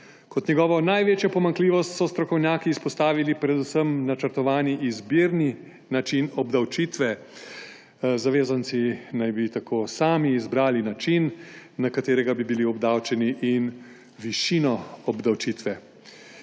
Kot njegovo največjo pomanjkljivost so strokovnjaki izpostavili predvsem načrtovani izbirni način obdavčitve. Zavezanci naj bi tako sami izbrali način, na katerega bi bili obdavčeni, in višino obdavčitve.